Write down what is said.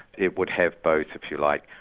it would have both, if you like,